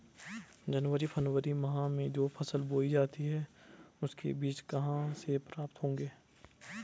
जनवरी फरवरी माह में जो फसल बोई जाती है उसके बीज कहाँ से प्राप्त होंगे?